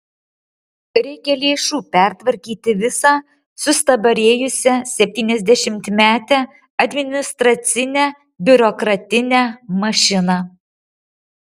reikia lėšų pertvarkyti visą sustabarėjusią septyniasdešimtmetę administracinę biurokratinę mašiną